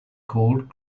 called